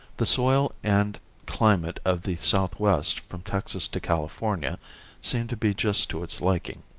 the soil and climate of the southwest from texas to california seem to be just to its liking.